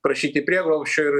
prašyti prieglobsčio ir